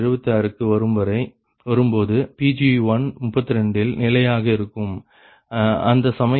76க்கு வரும்போது Pg132 இல் நிலையாக இருக்கும் அந்த சமயம் 46